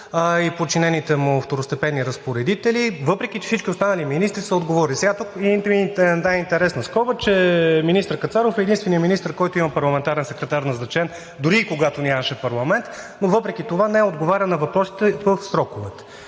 и подчинените му второстепенни разпоредители? Въпреки че всички останали министри са отговорили. Тук една интересна скоба. Министър Кацаров е единственият министър, който има парламентарен секретар, назначен дори и когато нямаше парламент, но въпреки това не отговаря на въпросите в сроковете.